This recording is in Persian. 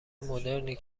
مدرنی